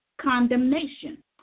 condemnation